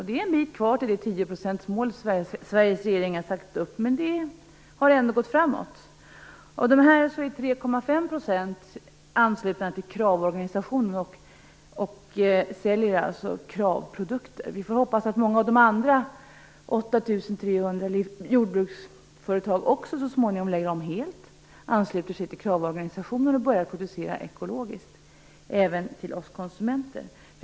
Det är en bit kvar till det 10 % mål Sveriges regering har satt upp, men det har ändå gått framåt. Av dessa jordbrukare är 3,5 % ansluta till KRAV organisationen och säljer KRAV-produkter. Vi får hoppas att många av andra 8 300 jordbruksföretagen också så småningom lägger om helt, ansluter sig till KRAV-organisationen och börjar att producera ekologiskt även till oss konsumenter.